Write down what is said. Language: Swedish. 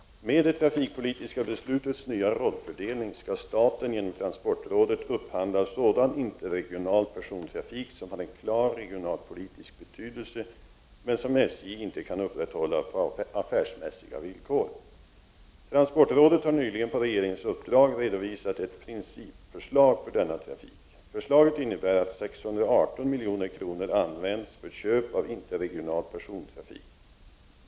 Med det trafikpolitiska beslutets nya rollfördelning skall staten genom transportrådet upphandla sådan interregional persontrafik som har en klar regionalpolitisk betydelse, men som SJ inte kan upprätthålla på affärsmässiga villkor. Transportrådet har nyligen på regeringens uppdrag redovisat ett principförslag för denna trafik. Förslaget innebär att 618 milj.kr. används för köp av interregional persontrafik.